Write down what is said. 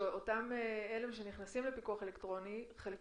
שחלק מאלה שנכנסים לפיקוח האלקטרוני הם